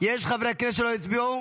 יש חברי כנסת שלא הצביעו?